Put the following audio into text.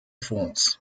france